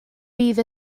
bydd